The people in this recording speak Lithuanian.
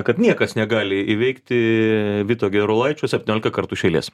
kad niekas negali įveikti vito gerulaičio septyniolika kartų iš eilės